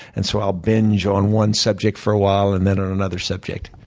and so i'll binge on one subject for a while, and then on another subject.